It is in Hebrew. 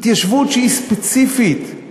התיישבות שהיא ספציפית,